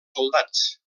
soldats